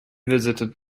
visited